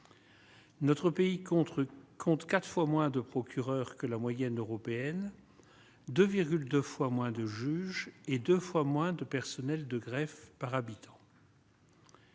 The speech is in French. notre pays contre compte 4 fois moins de procureurs que la moyenne européenne 2 2 fois moins de juges et 2 fois moins de personnel de greffe par habitant.